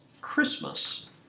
Christmas